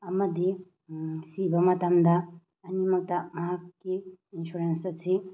ꯑꯃꯗꯤ ꯁꯤꯕ ꯃꯇꯝꯗ ꯑꯅꯤꯃꯛꯇ ꯃꯍꯥꯛꯀꯤ ꯏꯟꯁꯨꯔꯦꯟꯁ ꯑꯁꯤ